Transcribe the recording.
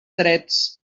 drets